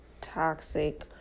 toxic